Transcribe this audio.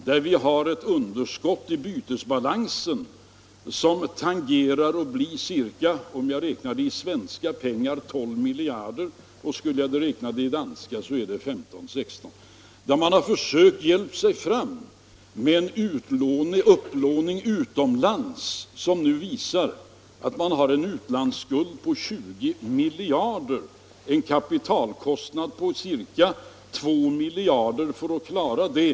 Man har ett underskott i bytesbalansen som tenderar att bli — om jag räknar om det i svenska pengar — ca 12 miljarder, i danska pengar är underskottet 15-16 miljarder. Man har i Danmark försökt hjälpa sig fram med en upplåning utomlands, vilket nu resulterat i att landet har en utlandsskuld på 20 miljarder och en kapitalkostnad på ca 2 miljarder för att klara det.